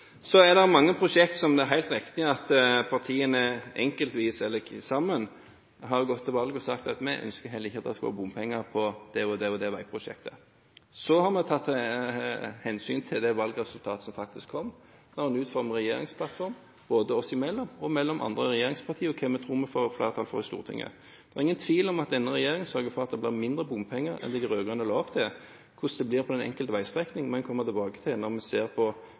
er mange veiprosjekter som det er helt riktig at partiene enkeltvis eller sammen før valget sa at man ikke ønsket at det skal være bompenger på. Så har vi tatt hensyn til det valgresultatet som faktisk kom, da vi utformet regjeringsplattformen – både oss imellom, mellom andre regjeringspartier og med tanke på hva vi tror vi får flertall for i Stortinget. Det er ingen tvil om at denne regjeringen sørger for at det blir mindre bompenger enn det de rød-grønne la opp til. Hvordan det blir på den enkelte veistrekning, må vi komme tilbake til når vi ser